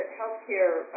healthcare